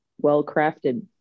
well-crafted